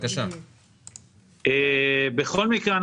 בכל מקרה,